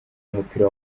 w’umupira